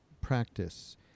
practice